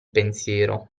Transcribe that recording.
pensiero